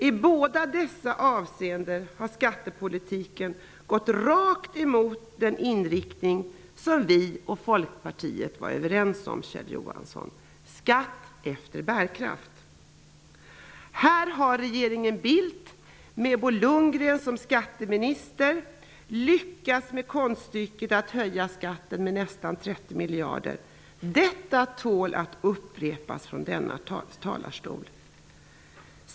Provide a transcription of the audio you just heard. I båda dessa avseenden har skattepolitiken gått rakt emot den inriktning som Socialdemokraterna och Lundgren som skatteminister har lyckats med konststycket att höja skatten på arbete med nästan 30 miljarder kronor. Detta tål att upprepas från denna talarstol.